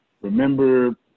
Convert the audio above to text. Remember